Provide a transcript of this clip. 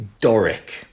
Doric